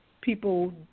people